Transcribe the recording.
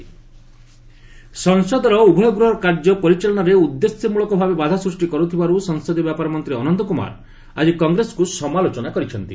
ଅନନ୍ତ Congress ସଂସଦର ଉଭୟ ଗୃହର କାର୍ଯ୍ୟ ପରିଚାଳନାରେ ଉଦ୍ଦେଶ୍ୟମଳକ ଭାବେ ବାଧା ସୃଷ୍ଟି କରୁଥିବାରୁ ସଂସଦୀୟ ବ୍ୟାପାର ମନ୍ତ୍ରୀ ଅନନ୍ତକୁମାର ଆକି କଂଗ୍ରେସକୁ ସମାଲୋଚନା କରିଛନ୍ତି